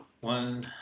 One